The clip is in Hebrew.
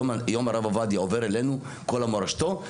יום הרב עובדיה עובר אלינו כל מורשתו,